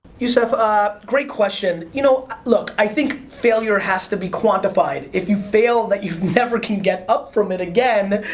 youssef, great question. you know, look, i think failure has to be quantified. if you fail but you never can get up from it again,